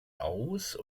aus